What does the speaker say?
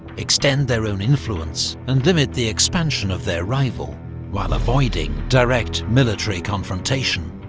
extend their own influence, and limit the expansion of their rival while avoiding direct military confrontation.